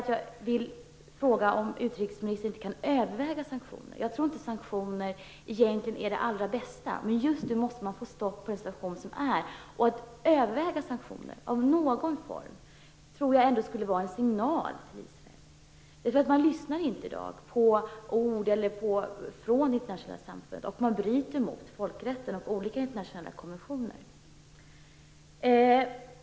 Jag vill fråga om utrikesministern inte kan överväga sanktioner. Jag tror inte att sanktioner egentligen är det allra bästa, men just nu måste man få stopp på den utveckling som nu sker. Att överväga sanktioner i någon form tror jag skulle vara en signal till Israel. Man lyssnar inte i dag på ord från det internationella samfundet, och man bryter mot folkrätten och olika internationella konventioner.